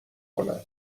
کنن